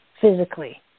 physically